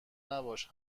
نباش